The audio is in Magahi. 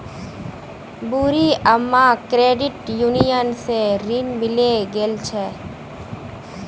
बूढ़ी अम्माक क्रेडिट यूनियन स ऋण मिले गेल छ